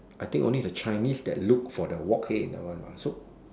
I think only that Chinese that look for the work hey in that one what so